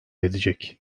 edecek